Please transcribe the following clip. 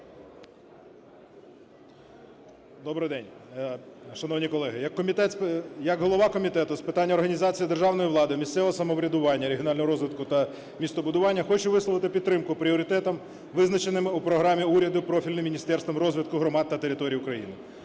Добрий день, шановні колеги! Як голова Комітету з питань організації державної влади, місцевого самоврядування, регіонального розвитку та містобудування хочу висловити підтримку пріоритетам, визначеним у Програмі уряду профільним Міністерством розвитку громад та територій України.